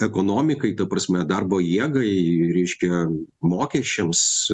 ekonomikai ta prasme darbo jėgai reiškia mokesčiams